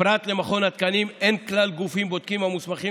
פרט למכון התקנים אין כלל גופים בודקים המוסמכים